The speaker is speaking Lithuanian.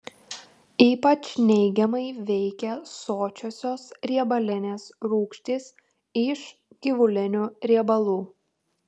ypač neigiamai veikia sočiosios riebalinės rūgštys iš gyvulinių riebalų